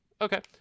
Okay